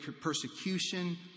persecution